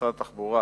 משרד התחבורה